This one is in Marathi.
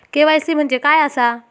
के.वाय.सी म्हणजे काय आसा?